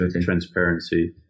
transparency